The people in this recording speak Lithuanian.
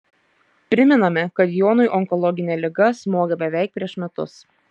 primename kad jonui onkologinė liga smogė beveik prieš metus